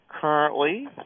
Currently